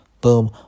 Boom